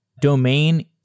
domain